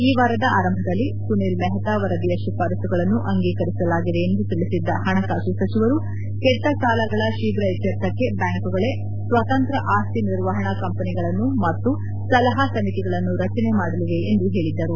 ಈ ವಾರದ ಆರಂಭದಲ್ಲಿ ಸುನಿಲ್ ಮೆಹ್ತಾ ವರದಿಯ ಶಿಫಾರಸುಗಳನ್ನು ಅಂಗೀಕರಿಸಲಾಗಿದೆ ಎಂದು ತಿಳಿಸಿದ್ದ ಹಣಕಾಸು ಸಚಿವರು ಕೆಟ್ನ ಸಾಲಗಳ ಶೀಫ್ರ ಇತ್ಯರ್ಥಕ್ಕೆ ಬ್ಯಾಂಕುಗಳೇ ಸ್ವತಂತ್ರ ಆಸ್ತಿ ನಿರ್ವಹಣಾ ಕಂಪನಿಗಳನ್ನು ಮತ್ತು ಸಲಹಾ ಸಮಿತಿಗಳನ್ನು ರಚನೆ ಮಾಡಲಿವೆ ಎಂದು ಹೇಳಿದ್ದರು